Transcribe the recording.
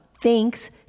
Thanks